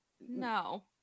no